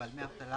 ועל דמי אבטלה